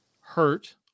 hurt